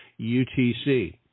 UTC